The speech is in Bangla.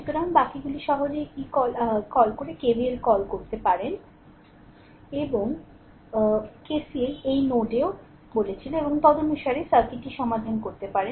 সুতরাং বাকিগুলি সহজেই কী কল আর কে কল করে যে কে KVLকল করতে পারে এবং KCLএই নোডেও বলেছিল এবং তদনুসারে সার্কিটটি সমাধান করতে পারে